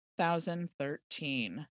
2013